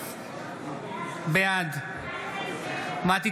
בעד מטי